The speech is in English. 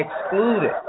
excluded